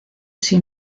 chi